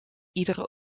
iedere